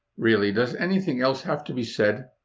really, does anything else have to be said?